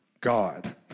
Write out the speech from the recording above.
God